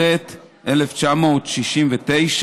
התשכ"ט 1969,